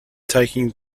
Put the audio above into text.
taking